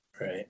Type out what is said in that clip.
Right